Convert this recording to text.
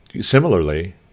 Similarly